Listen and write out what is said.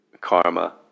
karma